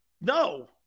No